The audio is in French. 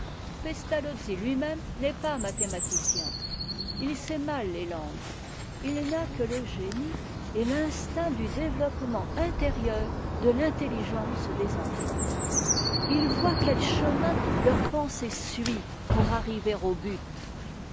même n'est pas mathématicien il sait mal les langues il n'a que le génie et l'instinct du dévetoppement intérieur de l'intelligence des enfants il voit quel chemin leur pensée suit pour arriver au but